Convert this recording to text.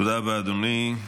תודה רבה, אדוני.